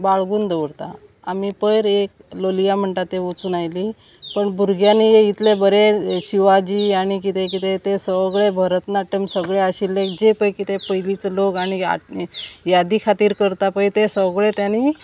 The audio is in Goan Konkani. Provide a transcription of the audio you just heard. तें बाळगून दवरता आमी पयर एक लोलयां म्हणटा ते वचून आयली पण भुरग्यांनी इतले बरे शिवाजी आनी किदें किदें ते सगळें भरतनाट्यम सगळें आशिल्लें जे पय कितें पयलींचो लोक आनी यादी खातीर करता पय ते सगळे तांणी